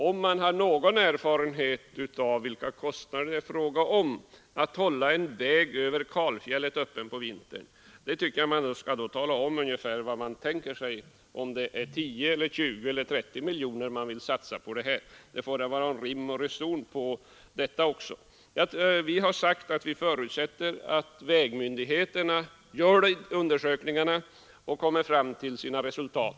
Har man någon erfarenhet av vilka kostnader det rör sig om när det gäller att hålla en väg över kalfjället öppen på vintern, tycker jag man skall ge besked om det är 10 eller 20 eller 30 miljoner man vill satsa. Det får väl vara någon rim och reson. Vi har sagt att vi förutsätter att vägmyndigheterna gör undersökningarna och lägger fram sina resultat.